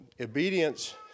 obedience